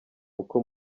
uko